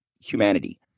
humanity